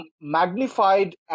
magnified